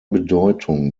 bedeutung